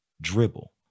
dribble